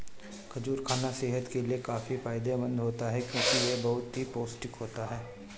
खजूर खाना सेहत के लिए काफी फायदेमंद होता है क्योंकि यह बहुत ही पौष्टिक होता है